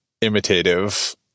imitative